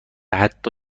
حتی